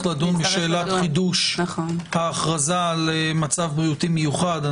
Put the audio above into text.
לדון בשאלת חידוש ההכרזה על מצב בריאותי מיוחד.